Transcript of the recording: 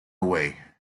away